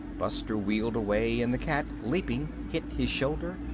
buster wheeled away and the cat, leaping, hit his shoulder,